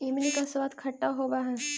इमली का स्वाद खट्टा होवअ हई